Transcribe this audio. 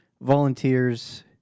volunteers